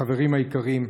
החברים היקרים,